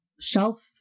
shelf